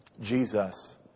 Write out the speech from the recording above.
Jesus